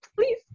Please